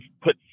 put